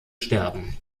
sterben